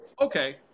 Okay